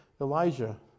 Elijah